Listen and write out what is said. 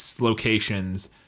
locations